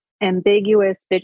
ambiguous